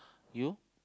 you